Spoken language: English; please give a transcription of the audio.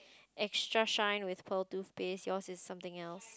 extra shine with pearl toothpaste yours is something else